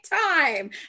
time